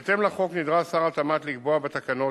בהתאם לחוק נדרש שר התמ"ת לקבוע בתקנות